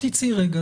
תצאי רגע,